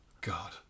God